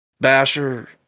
basher